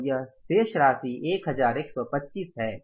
और वह शेष राशि 1125 है